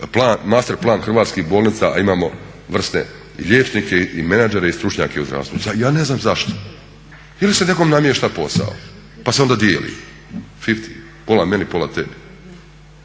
master plan hrvatskih bolnica a imamo vrsne liječnike i menadžere i stručnjake u zdravstvu? Ja ne znam zašto! Ili se nekom namješta posao pa se onda dijeli, pola meni, pola tebi.